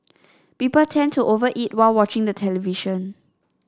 people tend to over eat while watching the television